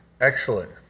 Excellent